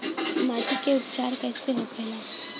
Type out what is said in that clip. माटी के उपचार कैसे होखे ला?